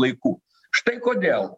laikų štai kodėl